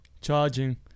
Charging